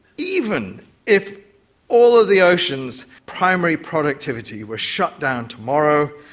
even if all of the oceans' primary productivity were shut down tomorrow,